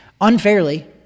Unfairly